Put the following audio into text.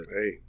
Hey